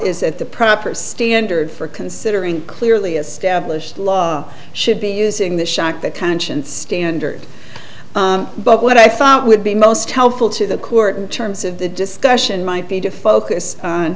that the proper standard for considering clearly established law should be using the shock the conscience standard but what i thought would be most helpful to the court in terms of the discussion might be to focus